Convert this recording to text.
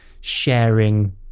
sharing